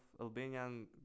Albanian